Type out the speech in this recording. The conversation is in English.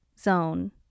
zone